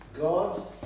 God